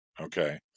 okay